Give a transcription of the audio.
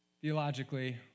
theologically